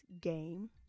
game